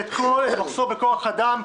את המחסור בכוח אדם,